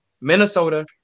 Minnesota